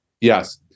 Yes